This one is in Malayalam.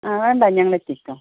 ആ വേണ്ട ഞങ്ങൾ എത്തിക്കാം